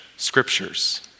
scriptures